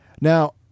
Now